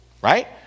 Right